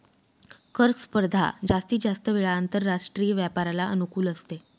कर स्पर्धा जास्तीत जास्त वेळा आंतरराष्ट्रीय व्यापाराला अनुकूल असते